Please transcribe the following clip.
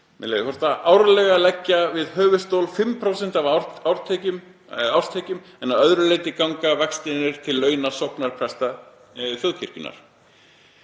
16. gr. árlega leggja við höfuðstól 5% af árstekjum en að öðru leyti ganga vextirnir til launa sóknarpresta þjóðkirkjunnar.